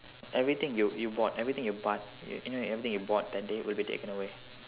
everything you you bought everything you buy you know everything you bought that day will be taken away